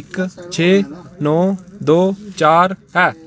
इक छे नौ दो चार ऐ